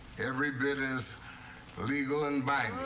every bit as legal and binding